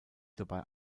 dabei